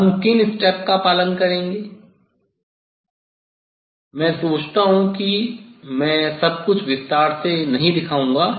हम किन स्टेप का पालन करेंगे मुझे सोचता हूँ कि मैं सब कुछ विस्तार से नहीं दिखाऊंगा